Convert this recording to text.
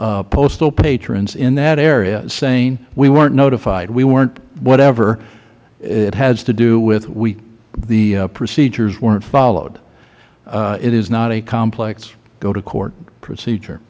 postal patrons in that area saying we weren't notified we weren't whatever it has to do with the procedures weren't followed it is not a complex go to court procedure